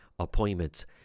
Appointments